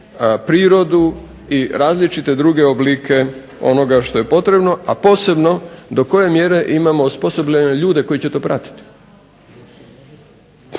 prirodu i različite druge oblike onoga što je potrebno, a posebno do koje mjere imamo osposobljene ljude koji će to pratiti.